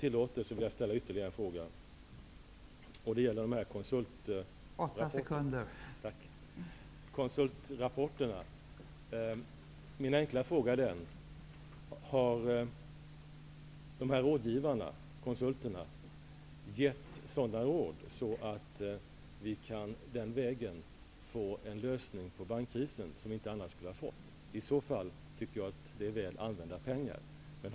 Jag vill ställa ytterligare en fråga, och den gäller konsultrapporterna: Har rådgivarna, konsulterna, givit sådana råd att vi den vägen kan få en lösning på bankkrisen som vi annars inte skulle ha fått? Det är i så fall väl använda pengar.